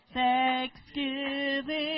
thanksgiving